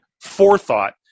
forethought